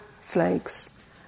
flakes